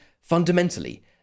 fundamentally